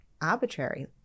arbitrary